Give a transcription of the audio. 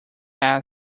small